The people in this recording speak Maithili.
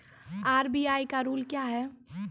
आर.बी.आई का रुल क्या हैं?